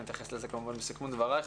אני אתייחס לזה, כמובן, בסיכום דבריי.